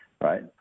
right